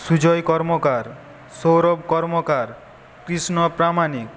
Sujoy Karmakar Sourav Karmakar Krishna Pramanik